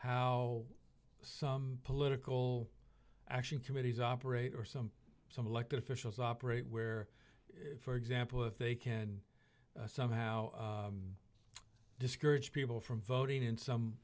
how some political action committees operate or some some elected officials operate where for example if they can somehow discourage people from voting in some